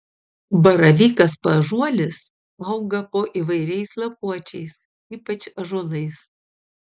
baravykas paąžuolis auga po įvairiais lapuočiais ypač ąžuolais